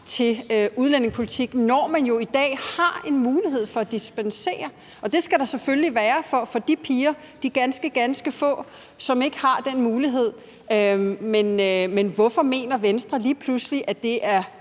til udlændingepolitik, når man jo i dag har en mulighed for at dispensere. Og den mulighed skal der selvfølgelig være for de ganske, ganske få piger, som ellers ikke har den mulighed. Men hvorfor mener Venstre lige pludselig, at det er